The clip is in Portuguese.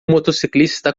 motociclista